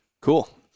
Cool